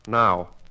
now